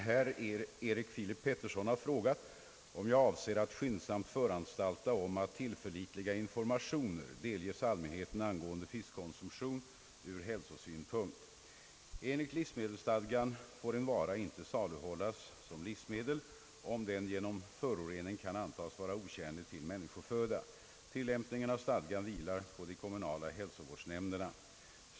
Herr talman! Herr Erik Filip Petersson har frågat om jag avser att skyndsamt föranstalta om att tillförlitliga informationer delges allmänheten angående fiskkonsumtion ur hälsosynpunkt. Enligt livsmedelsstadgan får en vara inte saluhållas som livsmedel, om den genom förorening kan antas vara otjänlig till människoföda. Tillämpningen av stadgan vilar på de kommunala hälsovårdsnämnderna.